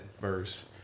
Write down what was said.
verse